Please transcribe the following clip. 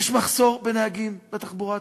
יש מחסור בנהגים בתחבורה הציבורית,